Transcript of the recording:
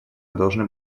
должны